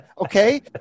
okay